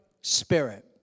spirit